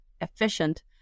efficient